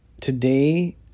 today